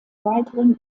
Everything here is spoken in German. weiteren